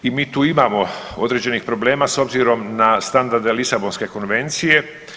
I mi tu imamo određenih problema s obzirom na standarde Lisabonske konvencije.